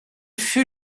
fut